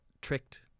tricked